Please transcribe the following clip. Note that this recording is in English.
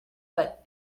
but